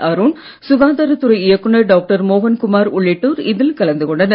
அருண் சுகாதாரத் துறை இயக்குநர் டாக்டர் மோகன்குமார் உள்ளிட்டோர் இதில் கலந்து கொண்டனர்